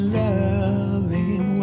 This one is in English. loving